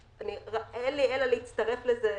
שאין לי אלא להצטרף לזה.